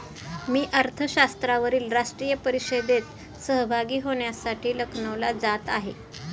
मी अर्थशास्त्रावरील राष्ट्रीय परिषदेत सहभागी होण्यासाठी लखनौला जात आहे